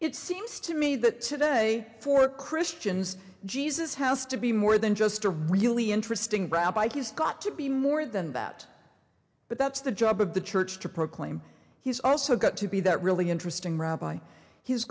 it seems to me that day for christians jesus has to be more than just a really interesting but i just got to be more than that but that's the job of the church to proclaim he's also got to be that really interesting rabbi he's